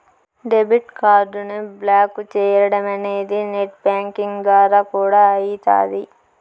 debit కార్డుని block చేయడమనేది net banking ద్వారా కూడా అయితాది